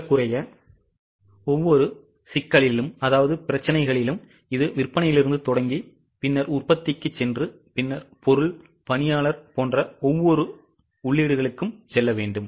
ஏறக்குறைய ஒவ்வொரு சிக்கலிலும் இது விற்பனையிலிருந்து தொடங்கி பின்னர் உற்பத்திக்குச் சென்று பின்னர் பொருள் பணியாளர் போன்ற ஒவ்வொரு உள்ளீடுகளுக்கும் செல்வோம்